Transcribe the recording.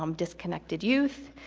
um disconnected youth,